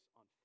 on